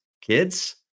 kids